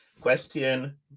question